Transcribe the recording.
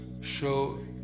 show